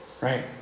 Right